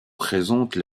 présente